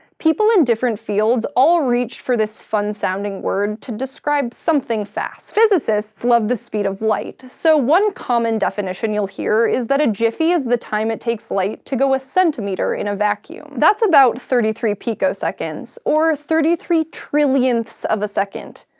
people in different fields all reached for this fun-sounding word to describe something fast. physicists love the speed of light, so one common definition you'll hear is that a jiffy is the time it takes light to go a centimeter in a vacuum. that's about thirty three picoseconds, or thirty three trillionths of a second.